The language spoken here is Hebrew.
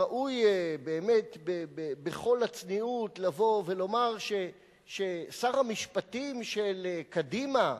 ראוי בכל הצניעות לבוא ולומר ששר המשפטים של קדימה,